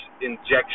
injection